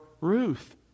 Ruth